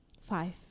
Five